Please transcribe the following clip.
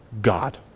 God